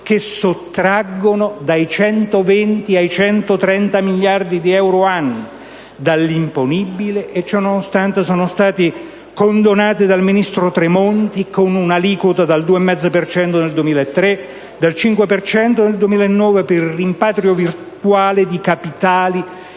che sottraggono dai 120 ai 130 miliardi di euro all'anno dall'imponibile. Ciononostante, sono stati condonati dal ministro Tremonti con un'aliquota del 2,5 per cento nel 2003 e del 5 per cento nel 2009 per il rimpatrio virtuale di capitali